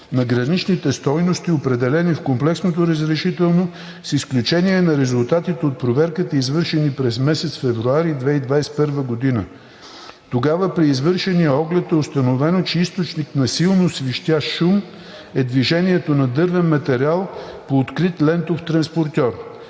на граничните стойности, определени в комплексното разрешително, с изключение на резултатите от проверката, извършена през месец февруари 2021 г. Тогава при извършения оглед е установено, че източник на силно свистящ шум е движението на дървен материал по открит лентов транспортьор.